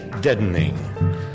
deadening